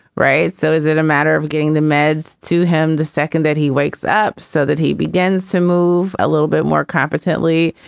right? so is it a matter of getting the meds to him the second that he wakes up so that he begins to move a little bit more competently?